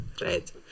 Right